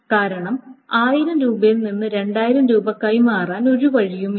കാരണം 1000 രൂപയിൽ നിന്ന് 2000 രൂപ കൈമാറാൻ ഒരു വഴിയുമില്ല